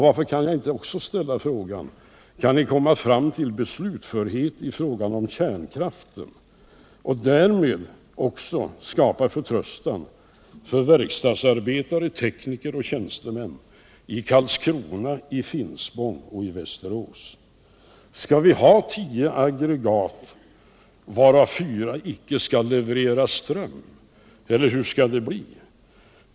Varför kan jag inte också ställa frågan: Kan ni komma fram till beslutförhet i fråga om kärnkraften och därmed också skapa förtröstan hos verkstadsarbetare, tekniker och tjänstemän i Landskrona, Finspång och Västerås? Skall vi ha tio aggregat, varav fyra icke skall leverera ström, eller hur skall det bli?